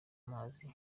mazi